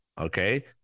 Okay